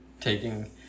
taking